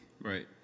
Right